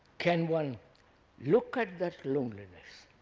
can one look at that loneliness,